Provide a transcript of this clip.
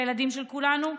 לילדים של כולנו.